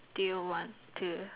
do you want to